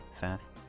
fast